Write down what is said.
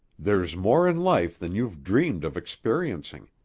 there's more in life than you've dreamed of experiencing.